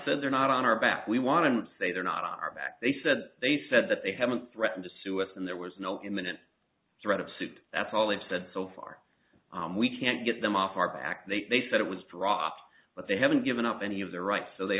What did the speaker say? said they're not on our back we want to say they're not on our back they said they said that they haven't threatened to sue us and there was no imminent threat of suit that's all they've said so far we can't get them off our back they said it was dropped but they haven't given up any of their rights so they